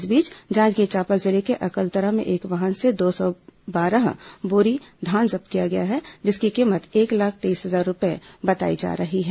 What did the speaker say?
इस बीच जांजगीर चांपा जिले के अकलतरा में एक वाहन से दो सौ बारह बोरी धान जब्त किया गया है जिसकी कीमत एक लाख तेईस हजार रूपये बताई जा रही है